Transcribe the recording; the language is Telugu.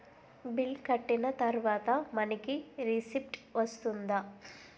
బిల్ కట్టిన తర్వాత మనకి రిసీప్ట్ వస్తుందా?